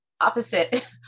opposite